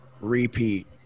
repeat